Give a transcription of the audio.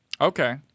Okay